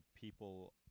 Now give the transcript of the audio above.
people